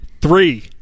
Three